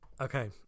Okay